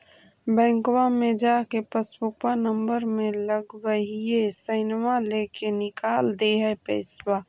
बैंकवा मे जा के पासबुकवा नम्बर मे लगवहिऐ सैनवा लेके निकाल दे है पैसवा?